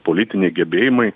politiniai gebėjimai